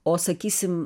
o sakysim